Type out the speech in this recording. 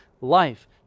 life